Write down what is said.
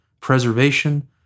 preservation